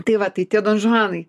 tai va tai tie donžuanai